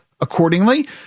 accordingly